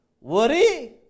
worry